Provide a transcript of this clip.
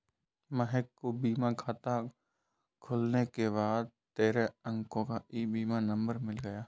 महक को बीमा खाता खुलने के बाद तेरह अंको का ई बीमा नंबर मिल गया